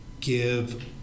give